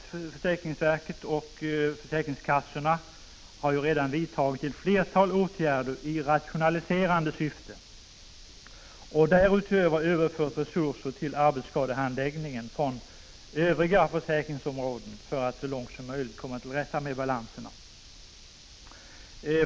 Riksförsäkringsverket och försäkringskassorna har redan vidtagit ett 8 flertal åtgärder i rationaliserande syfte och därutöver överfört resurser till arbetsskadehandläggningen från övriga försäkringsområden för att så långt som möjligt komma till rätta med balanserna.